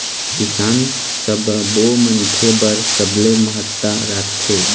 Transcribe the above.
किसान सब्बो मनखे बर सबले महत्ता राखथे